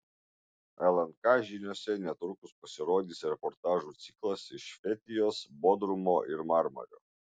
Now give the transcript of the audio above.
lnk žiniose netrukus pasirodys reportažų ciklas iš fetijos bodrumo ir marmario